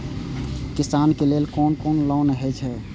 किसान के लेल कोन कोन लोन हे छे?